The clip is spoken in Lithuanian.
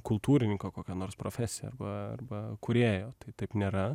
kultūrininko kokią nors profesiją arba arba kūrėjo tai taip nėra